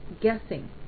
guessing